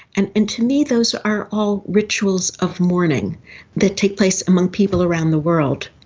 and and to me those are all rituals of mourning that take place among people around the world.